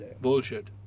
bullshit